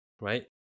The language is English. right